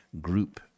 group